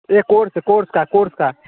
यह course course का course का